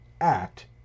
act